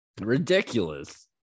ridiculous